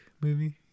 movie